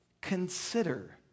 Consider